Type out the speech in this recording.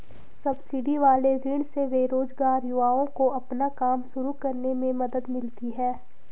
subsidy वाले ऋण से बेरोजगार युवाओं को अपना काम शुरू करने में मदद मिलती है